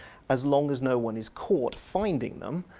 as long as no-one is caught finding them,